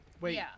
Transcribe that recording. Wait